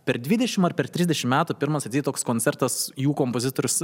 per dvidešimt ar per trisdešimt metų pirmas toks koncertas jų kompozitorius